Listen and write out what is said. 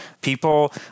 People